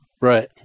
Right